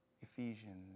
Ephesians